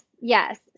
yes